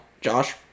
Josh